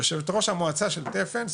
יושבת ראש מועצת של תפן,